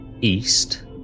east